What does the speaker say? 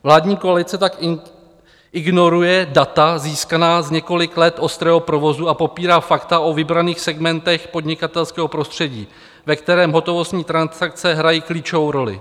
Vládní koalice tak ignoruje data získaná z několika let ostrého provozu a popírá fakta o vybraných segmentech podnikatelského prostředí, ve kterém hotovostní transakce hrají klíčovou roli.